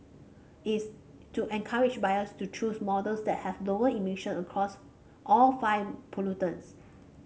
it's to encourage buyers to choose models that have lower emission across all five pollutants